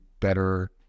better